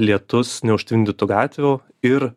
lietus neužtvindytų gatvių ir